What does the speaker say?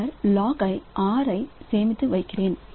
பின்னர் log R ஐ சேமித்து வைக்கிறேன்